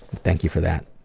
thank you for that.